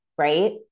right